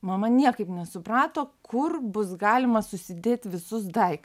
mama niekaip nesuprato kur bus galima susidėt visus daiktus